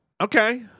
Okay